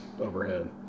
overhead